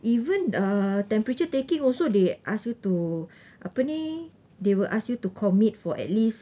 even uh temperature taking also they ask you to apa ni they will ask you to commit for at least